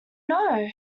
know